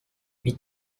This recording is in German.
wie